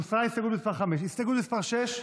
הוסרה הסתייגות מס' 5. הסתייגות מס' 6?